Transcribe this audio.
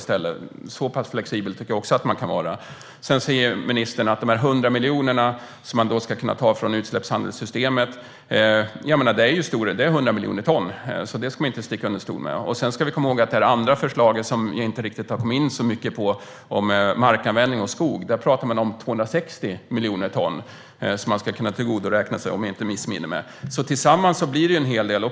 Så pass flexibel tycker jag också att man kan vara. Sedan talar ministern om de 100 miljoner ton som man då ska kunna ta från utsläppshandelssystemet. 100 miljoner är inget att sticka under stol med. Vi ska också komma ihåg att i förslaget om markanvändning och skog, som vi inte har kommit in så mycket på, talar man om 260 miljoner ton som man ska kunna tillgodoräkna sig. Tillsammans blir det alltså en hel del.